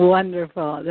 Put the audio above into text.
Wonderful